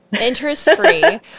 Interest-free